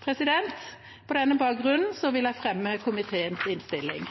På denne bakgrunnen vil jeg anbefale komiteens innstilling.